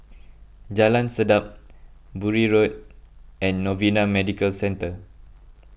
Jalan Sedap Bury Road and Novena Medical Centre